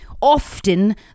Often